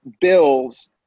bills